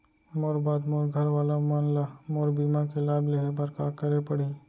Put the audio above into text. मोर बाद मोर घर वाला मन ला मोर बीमा के लाभ लेहे बर का करे पड़ही?